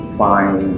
find